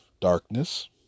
darkness